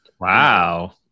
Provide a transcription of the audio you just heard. Wow